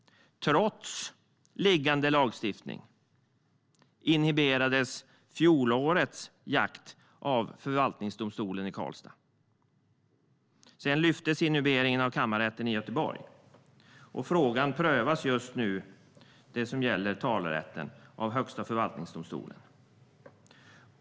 Trots liggande lagstiftning inhiberades fjolårets jakt av förvaltningsdomstolen i Karlstad. Sedan lyftes inhiberingen av kammarrätten i Göteborg. Frågan prövas just nu, det som gäller talerätten, av Högsta förvaltningsdomstolen.